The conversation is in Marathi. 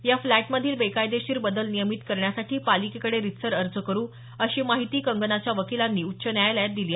या फ्लॅटमधील बेकायदेशीर बदल नियमित करण्यासाठी पालिकेकडे रितसर अर्ज करु अशी माहिती कंगनाच्या वकीलांनी उच्च न्यायालयात दिली